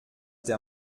der